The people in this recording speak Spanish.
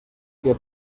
que